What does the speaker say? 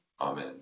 Amen